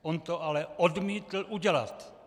On to ale odmítl udělat.